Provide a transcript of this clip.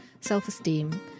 self-esteem